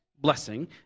blessing